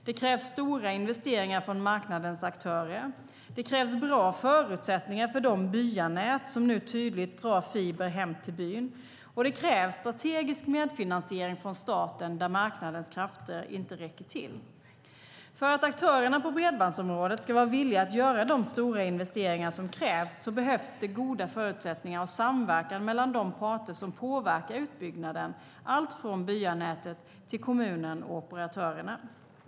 Det krävs stora investeringar från marknadens aktörer. Det krävs bra förutsättningar för de byanät som nu tydligt drar fiber hem till byn. Och det krävs strategisk medfinansiering från staten, där marknadens krafter inte räcker till. För att aktörerna på bredbandsområdet ska vara villiga att göra de stora investeringar som krävs behövs det goda förutsättningar och samverkan mellan de parter som påverkar utbyggnaden, allt från byanätet till kommunen och operatörerna.